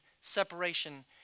separation